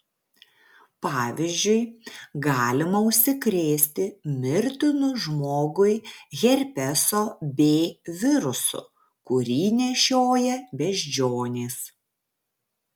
pavyzdžiui galima užsikrėsti mirtinu žmogui herpeso b virusu kurį nešioja beždžionės